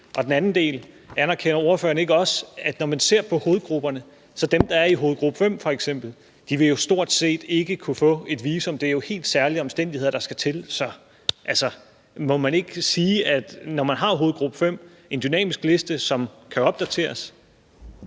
Den anden del er: Anerkender ordføreren ikke også, at når man ser på hovedgrupperne, vil dem fra f.eks. hovedgruppe 5 stort set ikke kunne få et visum. Det er jo helt særlige omstændigheder, der skal til. Altså, må man ikke sige, at når man har hovedgruppe 5, som er en dynamisk liste, som kan opdateres,